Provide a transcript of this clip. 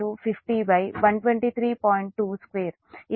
22 ఇది 0